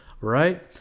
right